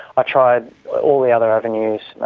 i tried all the other avenues,